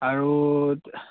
আৰু